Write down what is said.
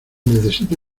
necesito